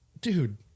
dude